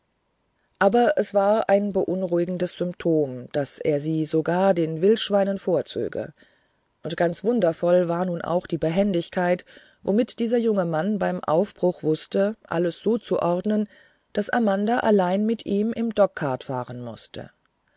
aber es war ein beunruhigendes symptom daß er sie sogar den wildschweinen vorzöge und ganz wundervoll war nun auch die behendigkeit womit dieser junge mann beim aufbruch wußte alles so zu ordnen daß amanda allein mit ihm im dogcart fahren mußte